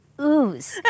ooze